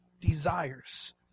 desires